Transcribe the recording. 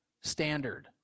standard